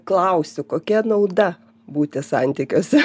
klausiu kokia nauda būti santykiuose